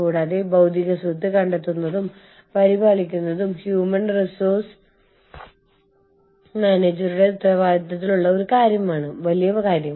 കൂടാതെ മാതൃരാജ്യ പൌരന്മാർ ഈ രാജ്യത്ത് നിന്ന് ഫേം Y ലേക്ക് വരുന്നു